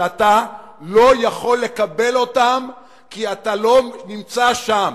שאתה לא יכול לקבל אותן כי אתה לא נמצא שם,